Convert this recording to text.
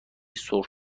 سرخ